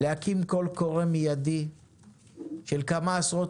להקים קול קורא מיידי של כמה עשרות